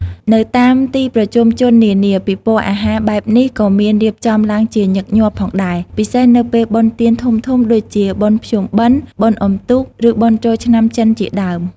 នៅតាមទីប្រជុំជននានា ពិព័រណ៍អាហារបែបនេះក៏មានរៀបចំឡើងជាញឹកញាប់ផងដែរ ពិសេសនៅពេលបុណ្យទានធំៗដូចជា បុណ្យភ្ជុំបិណ្ឌ បុណ្យអុំទូក ឬបុណ្យចូលឆ្នាំចិនជាដើម។